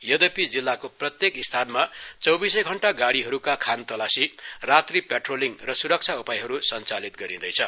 यधापि जिल्लाको प्रत्येक स्थानमा चौबीसै धण्टा गाड़ीहरूका खानतसाशी रात्री प्याट्रोलिंग र स्रक्षा उपायहरू सञ्चालित गरिदैछ